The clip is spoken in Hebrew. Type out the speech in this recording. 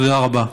תודה רבה.